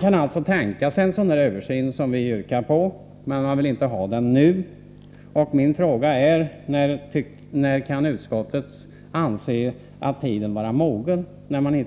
kan alltså tänka sig en sådan översyn som vi yrkar på, men inte nu. Min fråga är: När kan utskottet anse tiden vara mogen?